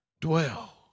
dwell